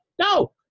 No